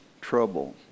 trouble